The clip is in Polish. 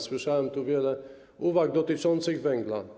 Słyszałem tu wiele uwag dotyczących węgla.